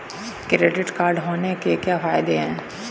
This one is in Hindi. क्रेडिट कार्ड होने के क्या फायदे हैं?